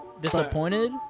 Disappointed